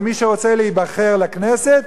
ומי שרוצה להיבחר לכנסת,